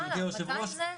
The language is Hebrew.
וואלה מתי זה?